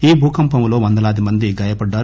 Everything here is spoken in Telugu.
ఈ భూ కంపంలో వందలాది మంది గాయపడ్డారు